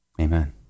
Amen